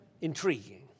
intriguing